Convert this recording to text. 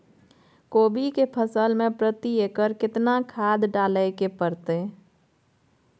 कोबी के फसल मे प्रति एकर केतना खाद डालय के परतय?